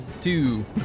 two